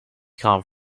come